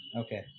Okay